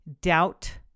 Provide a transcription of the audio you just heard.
doubt